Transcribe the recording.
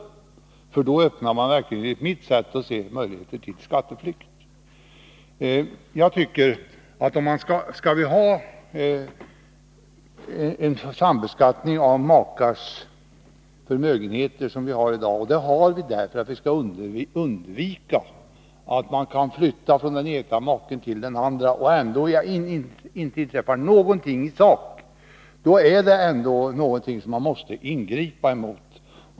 Då skulle man verkligen, enligt mitt sätt att se, öppna möjligheter till skatteflykt. Den sambeskattning av makars förmögenheter som vi har i dag är till för att undvika överflyttning från den ena maken till den andra. Om det inte inträffar någonting i sak, är en sådan överflyttning någonting som man måste ingripa emot.